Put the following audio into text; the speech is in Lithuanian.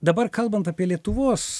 dabar kalbant apie lietuvos